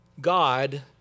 God